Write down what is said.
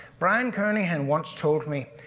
brian kernighan had once told me,